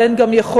ואין גם יכולת,